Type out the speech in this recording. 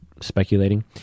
speculating